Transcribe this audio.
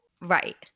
Right